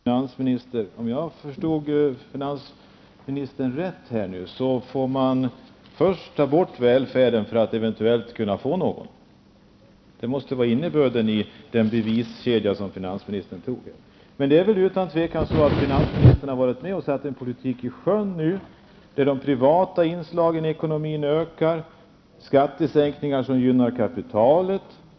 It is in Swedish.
Herr talman! Om jag förstod finansministern rätt, får man först ta bort välfärden för att sedan eventuellt kunna få någon. Det måste vara innebörden i den beviskedja som finansministern här redogjorde för. Finansministern har nu varit med om att sätta i sjön en politik där de privata inslagen i ekonomin ökar och där skattesänkningar gynnar kapitalet.